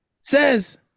says